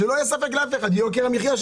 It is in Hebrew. יהיה יוקר מחייה.